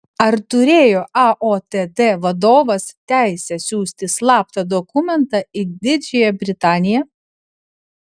ar turėjo aotd vadovas teisę siųsti slaptą dokumentą į didžiąją britaniją